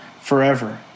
forever